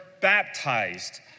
baptized